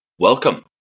Welcome